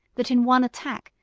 that in one attack,